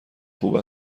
خوب